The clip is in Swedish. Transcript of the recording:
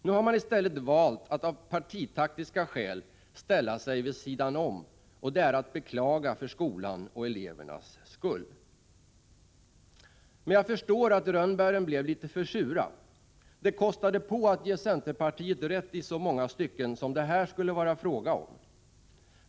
Nu har man i stället valt att av partitaktiska skäl ställa sig vid sidan om, och det är att beklaga för skolans och för elevernas skull. Men jag förstår att rönnbären blev litet för sura. Det kostade på att ge centerpartiet rätt i så många stycken som det här skulle vara fråga om.